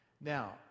Now